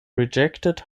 rejected